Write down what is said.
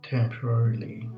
Temporarily